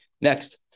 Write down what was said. next